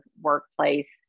workplace